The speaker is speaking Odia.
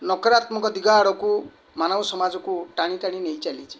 ନକରାତ୍ମକ ଦିଗ ଆଡ଼କୁ ମାନବ ସମାଜକୁ ଟାଣି ଟାଣି ନେଇ ଚାଲିଛି